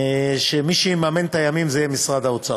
שמי שיממן את הימים זה משרד האוצר,